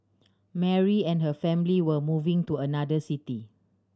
Mary and her family were moving to another city